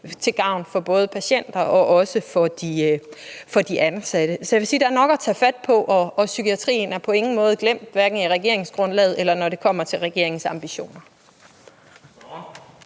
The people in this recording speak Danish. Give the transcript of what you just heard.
til gavn for både patienter og ansatte. Så jeg vil sige, at der er nok at tage fat på, og psykiatrien er på ingen måde glemt, hverken i regeringsgrundlaget, eller når det kommer til regeringens ambitioner.